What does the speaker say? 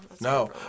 No